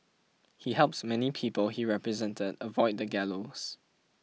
he helps many people he represented avoid the gallows